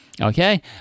Okay